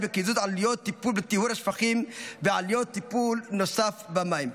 בקיזוז עלויות טיפול בטיהור השפכים ועלויות טיפול נוסף במים.